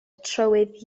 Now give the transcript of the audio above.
trywydd